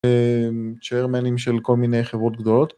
צ'יירמנים של כל מיני חברות גדולות.